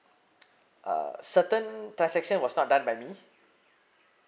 uh certain transaction was not done by me